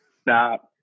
Stop